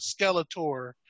Skeletor